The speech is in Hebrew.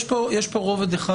יש פה רובד אחד,